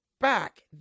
back